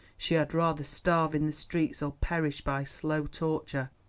she had rather starve in the streets or perish by slow torture.